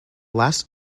last